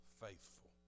faithful